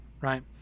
right